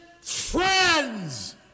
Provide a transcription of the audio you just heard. friends